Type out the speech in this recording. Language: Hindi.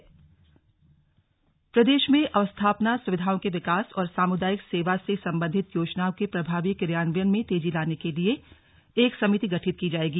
स्लग सीएम समीक्षा बैठक प्रदेश में अवस्थापना सुविधाओं के विकास और सामुदायिक सेवा से सम्बन्धित योजनाओं के प्रभावी क्रियान्वयन में तेजी लाने के लिये एक समिति गठित की जाएगी